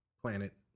planet